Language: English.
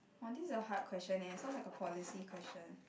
!wah! this is a hard question leh sounds like a policy question